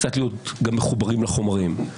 להיות גם מחוברים לחומרים.